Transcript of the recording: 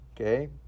Okay